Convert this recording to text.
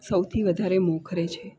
સૌથી વધારે મોખરે છે